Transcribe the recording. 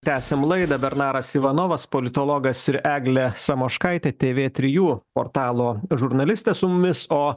tęsiam laidą bernaras ivanovas politologas ir eglė samoškaitė tė vė trijų portalo žurnalistė su mumis o